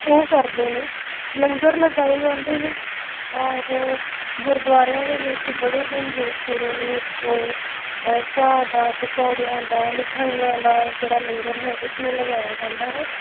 ਉਹ ਕਰਦੇ ਨੇ ਲੰਗਰ ਲਗਾਏ ਜਾਂਦੇ ਨੇ ਔਰ ਗੁਰਦੁਆਰਿਆਂ ਦੇ ਵਿੱਚ ਬੜੇ ਦਿਨ ਲੋਕ ਜਿਹੜੇ ਨੇ ਉਹ ਚਾਹ ਦਾ ਪਕੌੜਿਆਂ ਦਾ ਮਿਠਾਈਆਂ ਦਾ ਜਿਹੜਾ ਲੰਗਰ ਹੈ ਉਸ ਨੂੰ ਲਗਾਇਆ ਜਾਂਦਾ ਹੈ